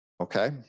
Okay